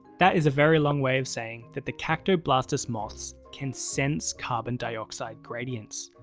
that is a very long way of saying that the cactoblastis moths can sense carbon dioxide gradients.